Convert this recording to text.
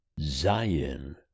Zion